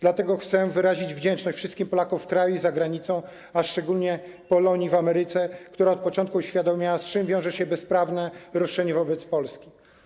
Dlatego chcę wyrazić wdzięczność wszystkim Polakom w kraju i za granicą, a szczególnie Polonii w Ameryce, która od początku uświadamiała, z czym wiąże się bezprawne roszczenie wobec Polski.